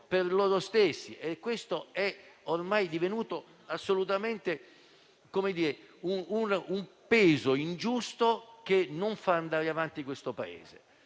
per loro stessi. Questo è ormai divenuto assolutamente un peso ingiusto che non fa andare avanti il Paese.